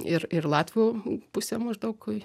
ir ir latvių pusė maždaug